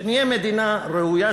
שנהיה מדינה ראויה,